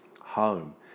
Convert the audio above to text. home